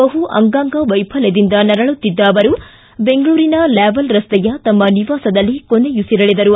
ಬಹು ಅಂಗಾಂಗ ವೈಫಲ್ಯದಿಂದ ನೆರಳುತ್ತಿದ್ದ ಅವರು ಬೆಂಗಳೂರಿನ ಲ್ಯಾವಲ್ ರಸ್ತೆಯ ತಮ್ಮ ನಿವಾಸದಲ್ಲಿ ಕೊನೆಯುಸಿರೆಳೆದರು